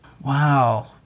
wow